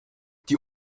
die